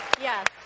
yes